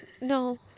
No